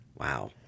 Wow